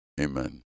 Amen